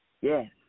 Yes